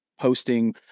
posting